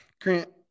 Grant